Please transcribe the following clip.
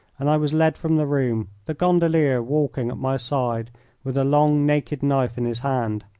and i was led from the room, the gondolier walking at my side with a long naked knife in his hand.